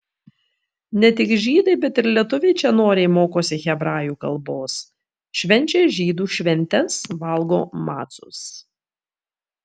ne tik žydai bet ir lietuviai čia noriai mokosi hebrajų kalbos švenčia žydų šventes valgo macus